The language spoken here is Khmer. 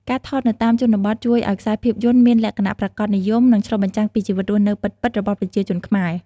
ការថតនៅតាមជនបទជួយឲ្យខ្សែភាពយន្តមានលក្ខណៈ ប្រាកដនិយម និងឆ្លុះបញ្ចាំងពីជីវិតរស់នៅពិតៗ របស់ប្រជាជនខ្មែរ។